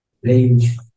Range